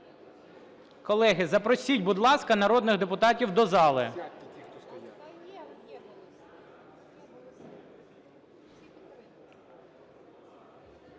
Колеги, запросіть, будь ласка, народних депутатів до зали.